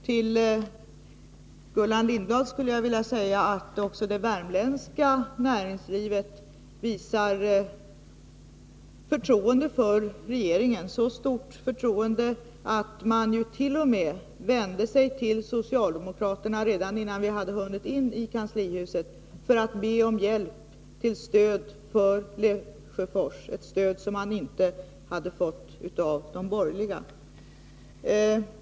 Till Gullan Lindblad vill jag säga att också det värmländska näringslivet visar förtroende för regeringen; så stort förtroende att man t.o.m. vände sig till socialdemokraterna redan innan vi hade hunnit in i kanslihuset för att be om stöd till Lesjöfors — ett stöd som man inte hade fått från de borgerliga.